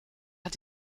hat